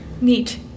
Neat